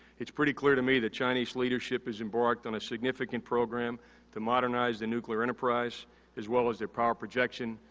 it's pretty clear to me that chinese leadership is embarked on a significant program to modernize the nuclear enterprise as well as their power protection,